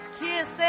kiss